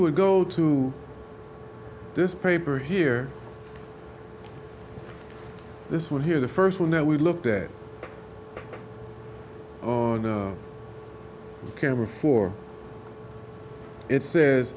would go to this paper here this one here the first one that we looked at the camera for it says